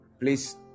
Please